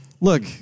Look